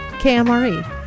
KMRE